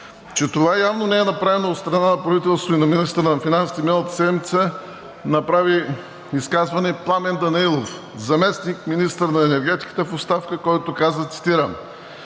Че това явно не е направено от страна на правителството и на министъра на финансите миналата седмица направи изказване Пламен Данаилов – заместник-министър на енергетиката в оставка, който каза, цитирам: